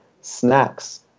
snacks